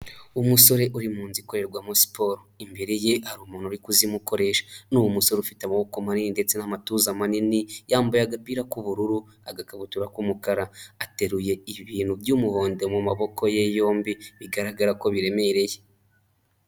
Umusore uri mu nzu ikorerwamo siporo, imbereye hari umuntu uri kuzimukoresha. Ni umusore ufite amaboko manini ndetse n'amatuza manini, yambaye agapira k'ubururu, agakabutura k'umukara, ateruye ibintu by'umuhondo mu maboko ye yombi bigaragara ko biremereye.